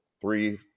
three